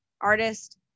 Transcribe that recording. artist